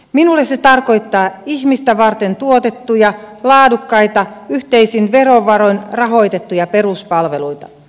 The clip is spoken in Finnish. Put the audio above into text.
minulle se tarkoittaa ihmistä varten tuotettuja laadukkaita yhteisin verovaroin rahoitettuja peruspalveluita